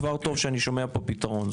כבר טוב שאני שומע פה פתרון.